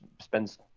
spends